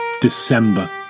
December